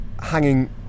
hanging